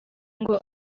ngo